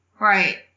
Right